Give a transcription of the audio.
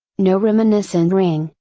no reminiscent ring,